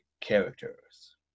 characters